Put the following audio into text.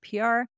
PR